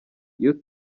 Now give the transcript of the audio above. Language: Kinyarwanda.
iyo